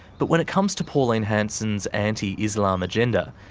but when it comes to pauline hanson's anti-islam agenda,